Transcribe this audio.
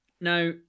Now